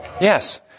Yes